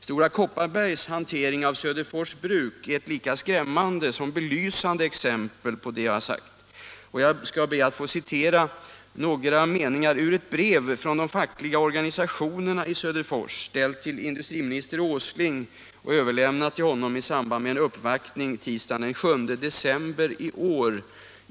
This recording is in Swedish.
Stora Kopparbergs hantering av Söderfors bruk är ett lika skrämmande som belysande exempel på detta. Jag skall citera några meningar ur ett brev från de fackliga organisationerna i Söderfors, ställt till industriminister Åsling och överlämnat till honom i samband med en uppvaktning tisdagen den 7 december i år.